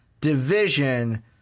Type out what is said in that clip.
division